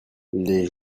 les